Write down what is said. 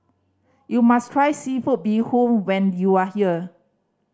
you must try seafood bee hoon when you are here